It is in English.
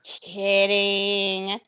kidding